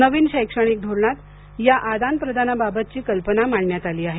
नवीन शैक्षणिक धोरणात या आदानप्रदानाबाबतची कल्पना मांडण्यात आली आहे